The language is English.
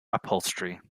upholstery